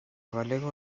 balego